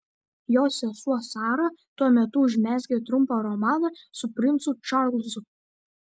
jos sesuo sara tuo metu užmezgė trumpą romaną su princu čarlzu